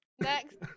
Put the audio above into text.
next